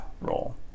role